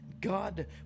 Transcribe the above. God